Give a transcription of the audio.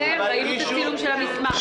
ראינו את הצילום של המסמך.